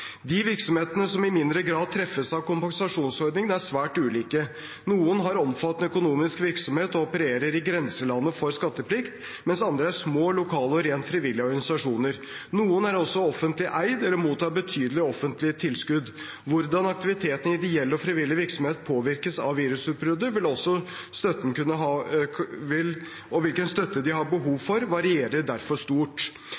De virksomhetene som i mindre grad treffes av kompensasjonsordningene, er svært ulike. Noen har omfattende økonomisk virksomhet og opererer i grenselandet for skatteplikt, mens andre er små, lokale og rent frivillige organisasjoner. Noen er også offentlig eid eller mottar betydelige offentlige tilskudd. Hvordan aktiviteten i ideell og frivillig virksomhet påvirkes av virusutbruddet, og hvilken støtte de kan ha